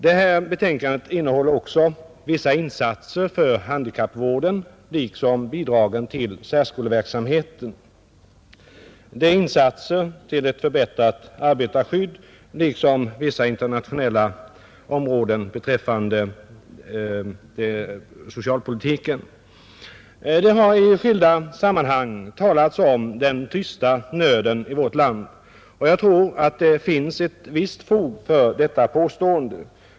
Det här betänkandet innehåller också vissa insatser för handikappvården, liksom bidrag till särskoleverksamheten, insatser till ett förbättrat arbetarskydd samt vissa anslag för samverkan på det internationella området beträffande socialpolitiken. Det har i skilda sammanhang talats om den tysta nöden i vårt land. Och jag tror att det finns ett visst fog för detta påstående.